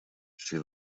she